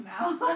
now